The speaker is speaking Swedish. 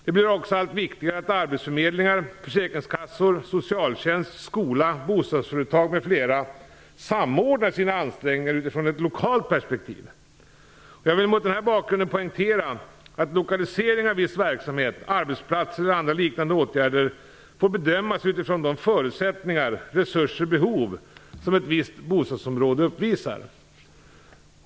Det blir också allt viktigare att arbetsförmedlingar, försäkringskassor, socialtjänst, skola, bostadsföretag m.fl. samordnar sina ansträngningar utifrån ett lokalt perspektiv. Jag vill mot denna bakgrund poängtera att lokalisering av viss verksamhet, arbetsplatser eller andra liknande åtgärder får bedömas utifrån de förutsättningar, resurser och behov som ett visst bostadsområde uppvisar.